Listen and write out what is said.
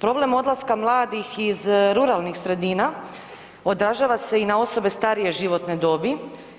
Problem odlaska mladih iz ruralnih sredina odražava se i na osobe starije životne dobi